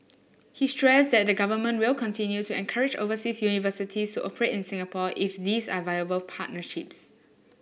he stressed that the Government will continue to encourage overseas universities to operate in Singapore if these are viable partnerships